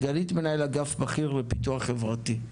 סגנית מנהל אגף בכיר לפיתוח חברתי.